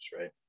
right